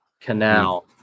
Canal